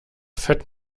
fett